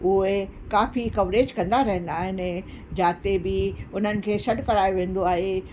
उहे काफ़ी कवरेज कंदा रहंदा आहिनि जाते बि उन्हनि खे सॾु कराए वेंदो आहे